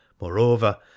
Moreover